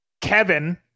kevin